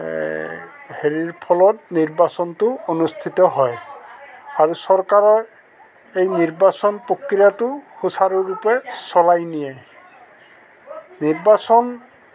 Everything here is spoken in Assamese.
হেৰিৰ ফলত নিৰ্বাচনটো অনুষ্ঠিত হয় আৰু চৰকাৰৰ এই নিৰ্বাচন প্ৰক্ৰিয়াটো সুচাৰুৰূপে চলাই নিয়ে নিৰ্বাচন